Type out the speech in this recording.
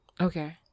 Okay